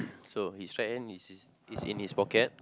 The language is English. so his right hand is is in his pocket